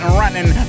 running